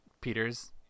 Peter's